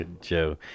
Joe